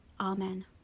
Amen